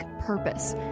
purpose